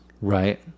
Right